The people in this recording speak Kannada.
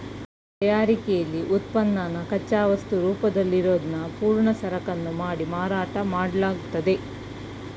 ತಯಾರಿಕೆಲಿ ಉತ್ಪನ್ನನ ಕಚ್ಚಾವಸ್ತು ರೂಪದಲ್ಲಿರೋದ್ನ ಪೂರ್ಣ ಸರಕನ್ನು ಮಾಡಿ ಮಾರಾಟ ಮಾಡ್ಲಾಗ್ತದೆ